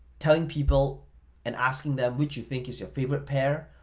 telling people and asking them which you think is your favorite pair?